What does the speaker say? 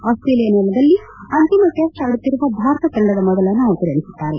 Australia ನೆಲದಲ್ಲಿ ಅಂತಿಮ test ಆಡುತ್ತಿರುವ ಭಾರತ ತಂಡದ ಮೊದಲ ನಾಯಕರೆನಿಸಿದ್ದಾರೆ